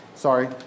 Sorry